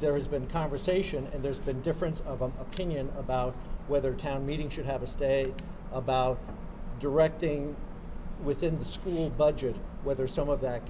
there has been conversation and there's the difference of opinion about whether town meeting should have a stay about directing within the school budget whether some of that